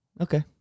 Okay